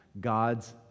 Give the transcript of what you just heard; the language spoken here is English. God's